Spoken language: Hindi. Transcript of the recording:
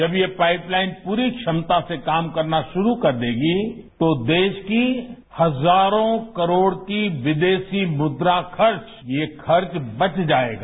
जब यह पाइपलाइन पूरी क्षमता से काम करना शुरू कर देगी तो देगा की हजारों करोड़ की विदेशी मुद्रा खर्च ये खर्च बच जाएगा